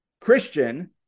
Christian